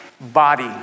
body